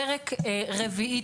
פרק רביעי,